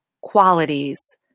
qualities